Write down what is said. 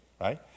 Right